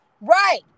Right